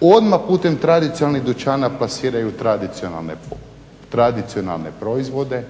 Odmah putem tradicionalnih dućana plasiraju tradicionalne proizvode